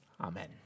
Amen